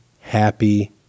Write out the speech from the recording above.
Happy